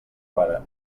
pare